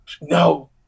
no